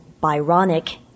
Byronic